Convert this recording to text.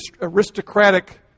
aristocratic